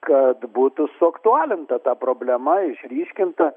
kad būtų suaktualinta ta problema išryškinta